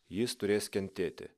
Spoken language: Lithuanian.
jis turės kentėti